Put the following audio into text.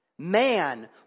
man